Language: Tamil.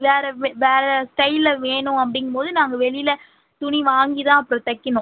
வேறு மெ வேறு ஸ்டைலில் வேணும் அப்படிங்கும்போது நாங்கள் வெளியில் துணி வாங்கி தான் அப்புறம் தைக்கணும்